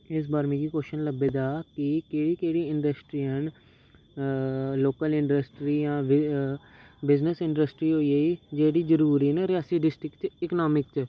इस बार मिगी क्वाशन लब्भे दा कि केह्ड़ी केह्ड़ी इंडस्ट्रियां न लोकल इंडस्ट्रियां बिजनेस इंडस्ट्री होई गेई जेह्ड़ी जरूरी न रियासी डिस्ट्रिक च इकानमी च